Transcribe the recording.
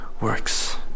works